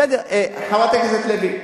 חברת הכנסת לוי,